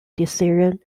decision